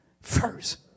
first